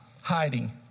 hiding